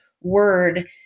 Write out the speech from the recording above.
word